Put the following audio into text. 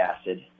acid